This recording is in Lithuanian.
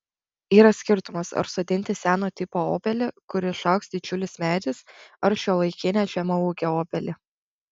yra skirtumas ar sodinti seno tipo obelį kur išaugs didžiulis medis ar šiuolaikinę žemaūgę obelį